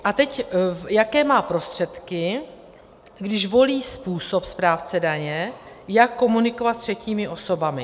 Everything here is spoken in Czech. A teď jaké má prostředky, když volí způsob správce daně, jak komunikovat s třetími osobami.